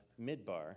Midbar